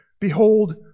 behold